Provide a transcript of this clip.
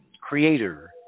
creator